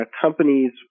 companies